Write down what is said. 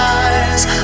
eyes